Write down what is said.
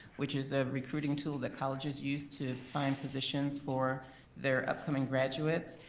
which is a recruiting tool that colleges use to find positions for their upcoming graduates.